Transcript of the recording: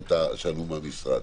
אם זו לא הייתה --- טוב,